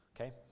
Okay